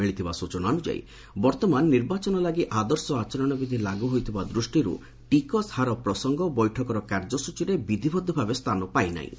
ମିଳିଥିବା ସୂଚନା ଅନୁଯାୟୀ ବର୍ତ୍ତମାନ ନିର୍ବାଚନ ଲାଗି ଆଦର୍ଶ ଆଚରଣବିଧି ଲାଗୁହୋଇଥିବା ଦୃଷ୍ଟିରୁ ଟିକସ ହାର ପ୍ରସଙ୍ଗ ବୈଠକର କାର୍ଯ୍ୟସୂଚୀରେ ବିଧିବଦ୍ଧ ଭାବେ ସ୍ଥାନ ପାଇନାହିଁ